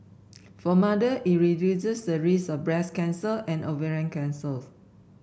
for mother it reduces the risk of breast cancer and ovarian cancers